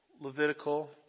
Levitical